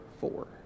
four